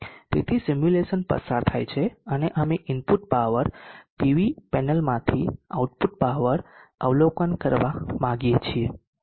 તેથી સિમ્યુલેશન પસાર થાય છે અને અમે ઇનપુટ પાવર પીવી પેનલમાંથી આઉટ પાવર અવલોકન કરવા માંગીએ છીએ